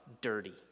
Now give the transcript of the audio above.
dirty